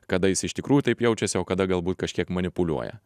kada jis iš tikrųjų taip jaučiasi o kada galbūt kažkiek manipuliuoja